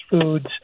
foods